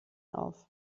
auf